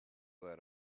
were